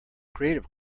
creative